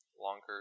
longer